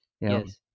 Yes